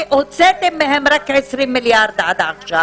שהוצאתם מהם רק 20 מיליארד עד עכשיו.